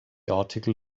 article